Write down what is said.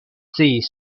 sciis